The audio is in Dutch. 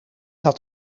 had